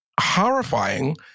horrifying